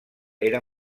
era